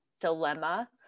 dilemma